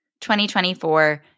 2024